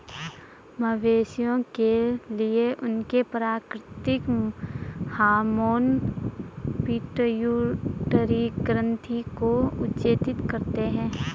मवेशियों के लिए, उनके प्राकृतिक हार्मोन पिट्यूटरी ग्रंथि को उत्तेजित करते हैं